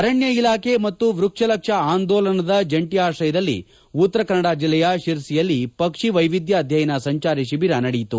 ಅರಣ್ಯ ಇಲಾಖೆ ಮತ್ತು ವೃಕ್ಷ ಲಕ್ಷ ಅಂದೋಲನದ ಜಂಟಿ ಆಶಯದಲ್ಲಿ ಉತ್ತರ ಕನ್ನಡ ಜಿಲ್ಲೆಯ ಶಿರಸಿಯಲ್ಲಿ ಪಕ್ಷಿ ವೈವಿಧ್ಯ ಅಧ್ಯಯನ ಸಂಚಾರಿ ಶಿಬಿರ ನಡೆಯಿತು